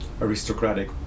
aristocratic